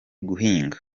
guhinga